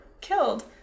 killed